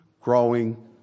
growing